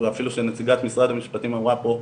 אפילו שנציגת משרד המשפטים אמרה פה,